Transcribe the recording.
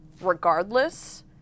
regardless